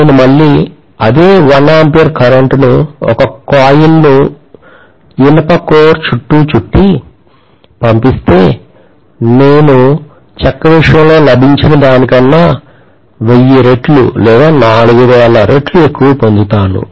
నేను మళ్ళీ అదే 1 ఆంపియర్ కరెంట్ను ఒక కాయిల్ ను ఇనుప కోర్ చుట్టూ చుట్టి పంపిస్తే నేను చెక్క విషయంలో లభించిన దానికంటే 1000 రెట్లు లేదా 4000 రెట్లు ఎక్కువ పొందుతాను